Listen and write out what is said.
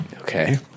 Okay